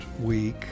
week